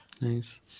Nice